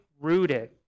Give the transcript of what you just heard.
rooted